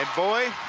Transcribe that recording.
and boy,